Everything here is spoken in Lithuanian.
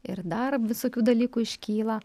ir dar visokių dalykų iškyla